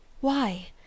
Why